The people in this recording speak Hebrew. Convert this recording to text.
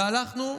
והלכנו,